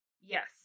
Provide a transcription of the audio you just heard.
Yes